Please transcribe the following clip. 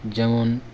যেমন